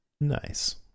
Nice